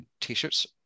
T-shirts